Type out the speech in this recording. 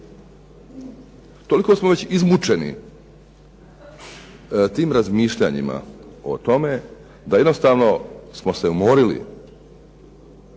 Toliko smo već izmučeni tim razmišljanjima o tome, da smo se jednostavno umorili.